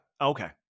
Okay